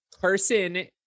person